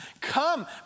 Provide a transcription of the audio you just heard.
Come